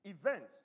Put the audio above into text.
Events